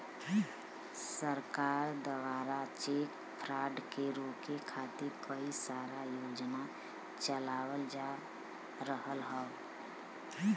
सरकार दवारा cheque fraud के रोके खातिर कई सारा योजना चलावल जा रहल हौ